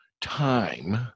time